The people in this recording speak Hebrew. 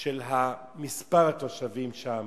של מספר התושבים שם